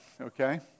Okay